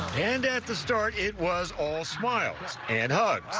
and at the start it was all smiles and